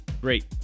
Great